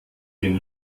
den